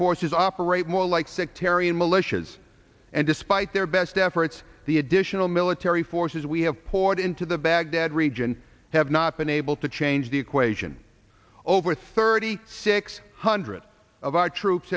forces are operate more like sectarian militias and despite their best efforts the additional military forces we have poured into the baghdad region have not been able to change the equation over thirty six hundred of our troops